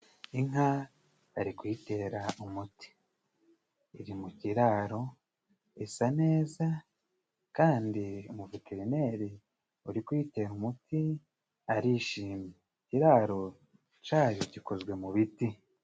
Inka bari kuyitera umuti iri mu kiraro, isa neza kandi umu Veterineri uri kuyitera umuti arishima, ikiraro cayo gikozwe mu biti.